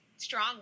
Strong